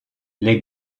les